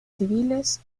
civiles